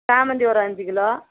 சாமந்தி ஒரு அஞ்சு கிலோ